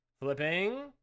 Flipping